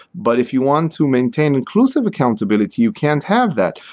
but if you want to maintain inclusive accountability, you can't have that.